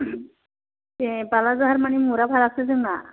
ए बालाझार माने मुराफारासो जोंना